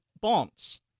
bonds